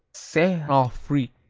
saint-affrique